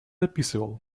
описывал